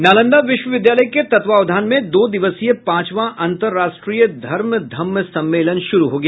नालंदा विश्वविद्यालय के तत्वावधान में दो दिवसीय पांचवां अंतरराष्ट्रीय धर्म धम्म सम्मेलन शुरू हो गया